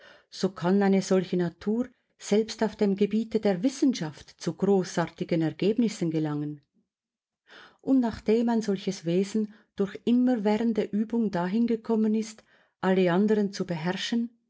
so kann eine solche natur selbst auf dem gebiete der wissenschaft zu großartigen ergebnissen gelangen und nachdem ein solches wesen durch immerwährende übung dahin gekommen ist alle anderen zu beherrschen